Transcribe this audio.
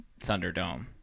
Thunderdome